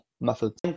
methods